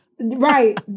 Right